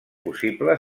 possible